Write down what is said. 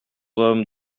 hommes